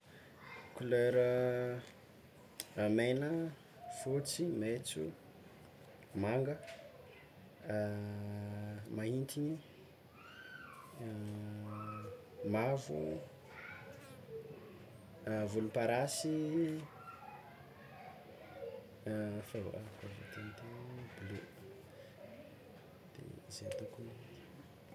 Kolera: megna, fotsy, mentso, manga, maintiny, mavo, volomparasy, efa voalaza efa voateny teo bleu, zay no hitako.